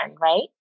right